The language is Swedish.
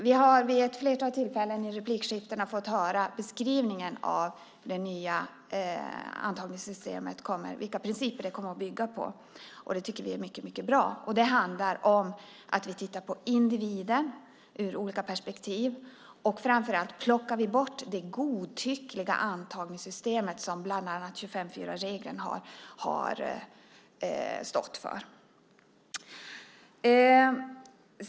Vi har vid ett flertal tillfällen i replikskiftena fått höra beskrivningen av det nya antagningssystemet, vilka principer det kommer att bygga på. Det tycker vi är mycket bra. Det handlar om att vi tittar på individen ur olika perspektiv, och framför allt plockar vi bort det godtyckliga antagningssystem som bland annat 25:4-regeln har stått för.